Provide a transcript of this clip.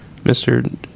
Mr